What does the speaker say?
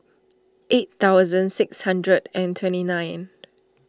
eight thousand six hundred and twenty nine